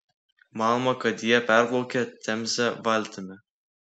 manoma kad jie perplaukė temzę valtimi